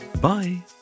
Bye